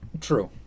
True